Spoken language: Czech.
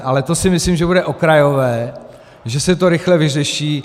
Ale to si myslím, že bude okrajové, že se to rychle vyřeší.